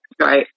Right